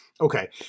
okay